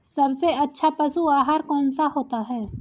सबसे अच्छा पशु आहार कौन सा होता है?